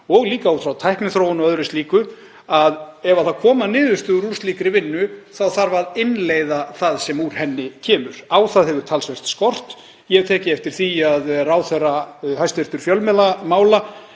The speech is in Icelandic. og líka út frá tækniþróun og öðru slíku, að ef það koma niðurstöður úr þeirri vinnu þá þarf að innleiða það sem úr henni kemur. Á það hefur talsvert skort. Ég hef tekið eftir því að hæstv. ráðherra fjölmiðlamála